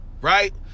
right